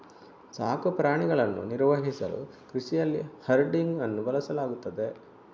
ಸಾಕು ಪ್ರಾಣಿಗಳನ್ನು ನಿರ್ವಹಿಸಲು ಕೃಷಿಯಲ್ಲಿ ಹರ್ಡಿಂಗ್ ಅನ್ನು ಬಳಸಲಾಗುತ್ತದೆ